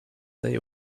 they